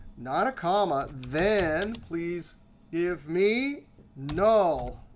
not a comma, then please give me null,